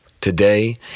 Today